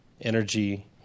energy